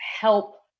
help